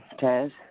Taz